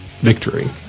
victory